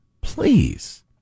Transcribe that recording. please